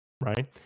Right